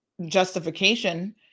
justification